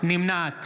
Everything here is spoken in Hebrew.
נמנעת